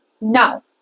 no